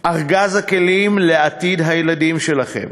ארגז הכלים לעתיד הילדים שלכם.